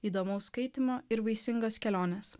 įdomaus skaitymo ir vaisingos kelionės